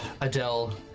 Adele